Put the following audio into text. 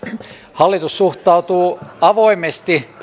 hallitus suhtautuu avoimesti